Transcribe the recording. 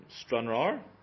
Stranraer